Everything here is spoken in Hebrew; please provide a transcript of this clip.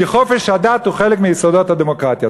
כי חופש הדת הוא חלק מיסודות הדמוקרטיה.